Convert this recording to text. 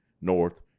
north